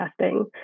testing